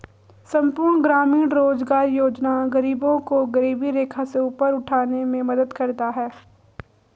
संपूर्ण ग्रामीण रोजगार योजना गरीबों को गरीबी रेखा से ऊपर उठाने में मदद करता है